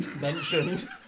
mentioned